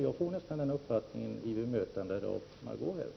Jag får nästan den uppfattningen av hans bemötande av Margö Ingvardsson.